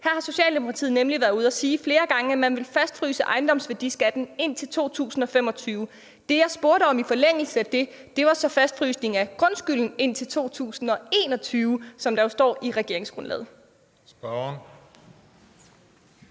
Her har Socialdemokratiet nemlig flere gange været ude at sige, at de ville fastfryse ejendomsværdiskatten indtil 2025. Det, jeg spurgte om i forlængelse af det, var så fastfrysningen af grundskylden indtil 2021, som der jo står i regeringsgrundlaget. Kl.